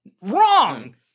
Wrong